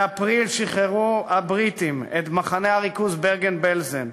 באפריל שחררו הבריטים את מחנה הריכוז ברגן-בלזן,